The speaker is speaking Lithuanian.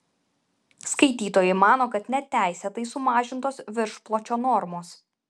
skaitytojai mano kad neteisėtai sumažintos viršpločio normos